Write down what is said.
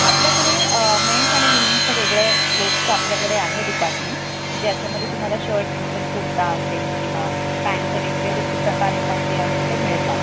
आपल्याकडे मेन्स आणि वुमन्सचं वेगळं क्लोथ्स आपल्याकडे आहे डिपार्टमेंट ज्याच्यामध्ये तुम्हाला शर्ट्स असेल कुडता असेल किंवा पॅन्टचे वेगळे तुमचे प्रकार येतात ते आहेत ते मिळतात